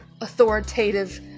authoritative